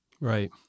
Right